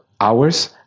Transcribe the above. hours